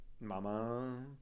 Mama